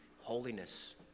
holiness